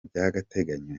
by’agateganyo